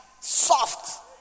soft